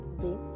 today